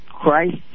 Christ